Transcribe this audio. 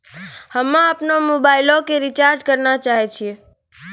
हम्मे अपनो मोबाइलो के रिचार्ज करना चाहै छिये